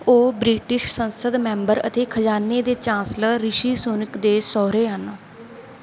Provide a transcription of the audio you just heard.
ਉਹ ਬ੍ਰਿਟਿਸ਼ ਸੰਸਦ ਮੈਂਬਰ ਅਤੇ ਖ਼ਜ਼ਾਨੇ ਦੇ ਚਾਂਸਲਰ ਰਿਸ਼ੀ ਸੁਨਕ ਦੇ ਸਹੁਰੇ ਹਨ